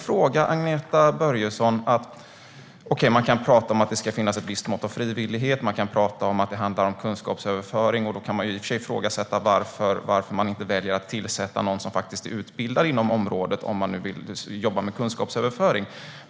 Vi kan prata om att det ska finnas ett visst mått av frivillighet. Vi kan prata om att det handlar om kunskapsöverföring. Då kan vi i och för sig ifrågasätta varför man inte väljer att tillsätta någon som är utbildad inom området, om man nu vill jobba med kunskapsöverföring.